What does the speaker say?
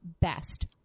best